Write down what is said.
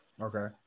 Okay